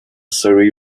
surrey